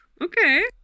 Okay